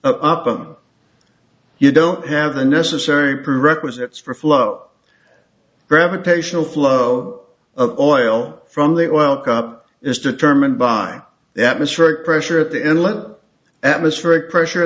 and you don't have the necessary prerequisites for flow gravitational flow of oil from the oil cup is determined by the atmospheric pressure of the inlet atmospheric pressure